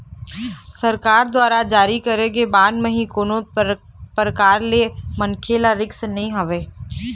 सरकार दुवारा जारी करे गे बांड म ही कोनो परकार ले मनखे ल रिस्क नइ रहय